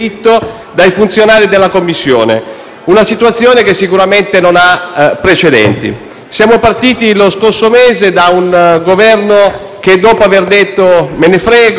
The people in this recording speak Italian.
una situazione che sicuramente non ha precedenti. Siamo partiti, lo scorso mese, da un Governo che diceva «Me ne frego. Tiro dritto. Le letterine le lasciamo